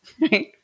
Right